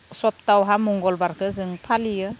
सप्तावहा मंगलबारखो जों फालियो